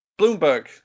Bloomberg